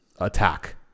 attack